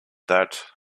that